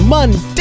Monday